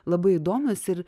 labai įdomios ir